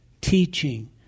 teaching